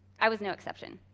i was no exception.